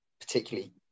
particularly